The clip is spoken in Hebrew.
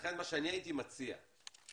לכן מה שאני הייתי מציע זה